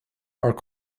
are